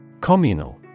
Communal